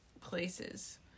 places